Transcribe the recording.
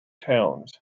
towns